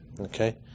Okay